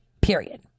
period